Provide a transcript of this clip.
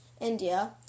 India